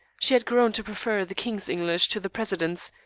she had grown to prefer the king's english to the president's,